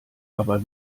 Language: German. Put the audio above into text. aber